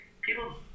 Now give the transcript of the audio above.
people